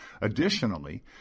Additionally